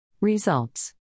Results